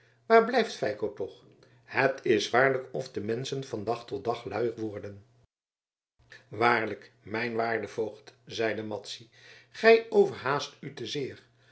waar blijft feiko toch het is waarlijk of de menschen van dag tot dag luier worden waarlijk mijn waarde voogd zeide madzy gij overhaast u te zeer